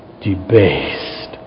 debased